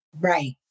Right